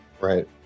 Right